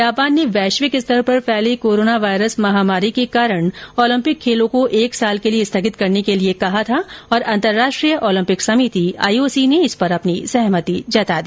Japan ने वैश्विक स्तर पर फैली कोरोना वायरस महामारी के कारण ओलंपिक खेलों को एक साल के लिये स्थगित करने के लिये कहा और अंतरराष्ट्रीय ओलंपिक समिति आईओसी ने इस पर अपनी सहमति जताई